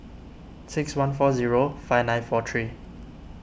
six one four zero five nine four three